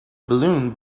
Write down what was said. balloon